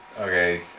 Okay